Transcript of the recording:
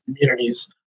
communities